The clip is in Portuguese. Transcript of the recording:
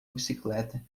bicicleta